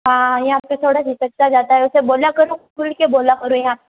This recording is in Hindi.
हाँ यहाँ पे थोड़ा झिझकता ज़्यादा है उसे बोला करो खुल बोला करो यहाँ